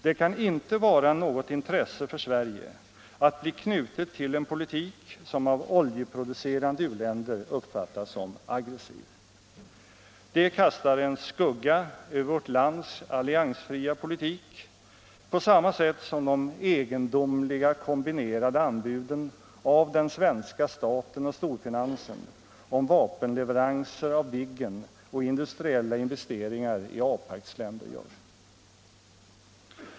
Det kan inte vara något intresse för Sverige att bli knutet till en politik som av oljeproducerande u-länder uppfattas som aggressiv. Det kastar en skugga över vårt lands alliansfria politik på samma sätt som de egendomliga kombinerade anbuden av den svenska staten och storfinansen om vapenleveranser av Viggen och industriella investeringar gör.